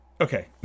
okay